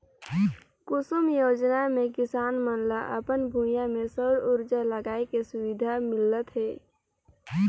कुसुम योजना मे किसान मन ल अपन भूइयां में सउर उरजा लगाए के सुबिधा मिलत हे